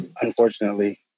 unfortunately